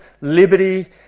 liberty